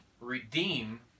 redeem